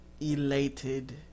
elated